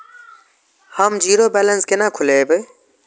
हम zero balance केना खोलैब?